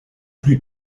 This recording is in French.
plus